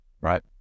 right